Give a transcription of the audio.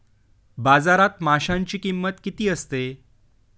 बाजारात माशांची किंमत किती असते?